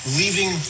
leaving